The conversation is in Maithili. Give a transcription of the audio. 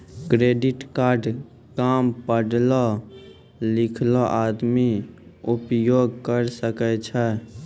क्रेडिट कार्ड काम पढलो लिखलो आदमी उपयोग करे सकय छै?